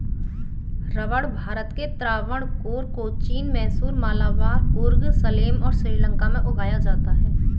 रबड़ भारत के त्रावणकोर, कोचीन, मैसूर, मलाबार, कुर्ग, सलेम और श्रीलंका में उगाया जाता है